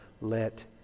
let